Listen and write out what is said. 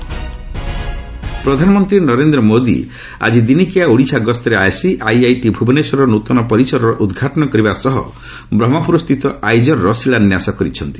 ପ୍ରଧାନମନ୍ତ୍ରୀ ପ୍ରଧାନମନ୍ତ୍ରୀ ନରେନ୍ଦ୍ର ମୋଦି ଆଜି ଦିନିକିଆ ଓଡ଼ିଶା ଗସ୍ତରେ ଆସି ଆଇଆଇଟି ଭୁବନେଶ୍ୱରର ନୂତନ ପରିସର ଉଦ୍ଘାଟନ କରିବା ସହ ବ୍ରହ୍ମପୁରସ୍ଥିତ ଆଇଜର୍ର ଶିଳାନ୍ୟାସ କରିଛନ୍ତି